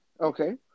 Okay